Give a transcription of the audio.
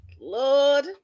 Lord